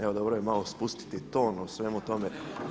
Evo dobro je malo spustiti ton u svemu tome.